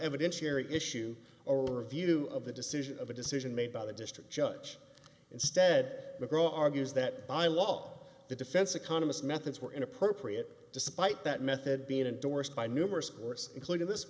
evidentiary issue or a view of the decision of a decision made by the district judge instead mcgraw argues that by law the defense economist methods were inappropriate despite that method being endorsed by numerous courts including this